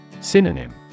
synonym